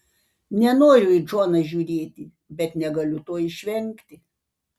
nenoriu į džoną žiūrėti bet negaliu to išvengti